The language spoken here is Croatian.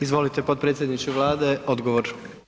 Izvolite potpredsjedniče Vlade, odgovor.